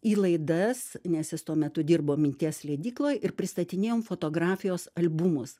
į laidas nes jis tuo metu dirbo minties leidykloj ir pristatinėjom fotografijos albumus